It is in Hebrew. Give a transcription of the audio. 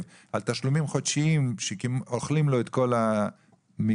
על תשלומים חודשיים שאוכלים לו את כל התגמול,